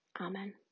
amen